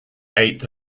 eighth